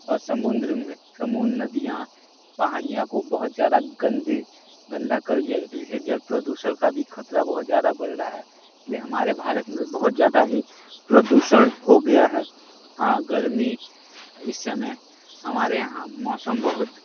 और समुन्द्र में समुन्द्र नदियाँ पहाड़ियाँ को बहुत ज़्यादा गंदी गंदा कर दिया जैसे जल प्रदूषण का भी खतरा बहुत ज़्यादा बढ़ रहा है इस लिए हमारे भारत में बहुत ज़्यादा ही प्रदूषण हो गया है हाँ गर्मी इस समय हमारे यहाँ मौसम बहुत